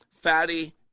fatty